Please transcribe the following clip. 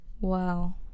Wow